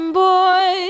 boy